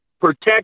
protect